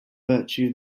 virtue